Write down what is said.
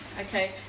Okay